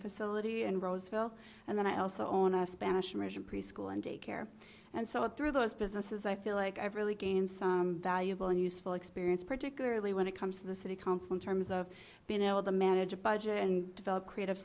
facility and roseville and then i also own a spanish immersion preschool and daycare and so through those businesses i feel like i've really gained some valuable and useful experience particularly when it comes to the city council in terms of being able to manage a budget and develop creative